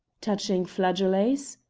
touching flageolets?